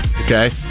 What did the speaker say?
okay